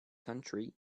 country